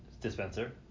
dispenser